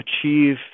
achieve